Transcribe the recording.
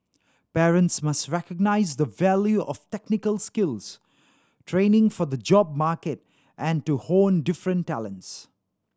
parents must recognise the value of technical skills training for the job market and to hone different talents